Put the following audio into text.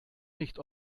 nicht